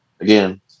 again –